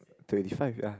twenty five ya